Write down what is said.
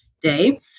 day